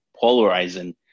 polarizing